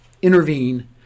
Intervene